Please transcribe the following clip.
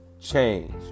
change